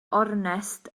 ornest